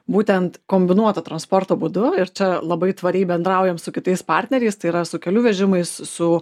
būtent kombinuoto transporto būdu ir čia labai tvariai bendraujam su kitais partneriais tai yra su kelių vežimais su